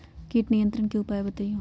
किट नियंत्रण के उपाय बतइयो?